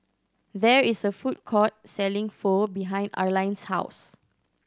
there is a food court selling Pho behind Arline's house